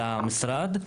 למשרד.